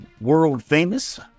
world-famous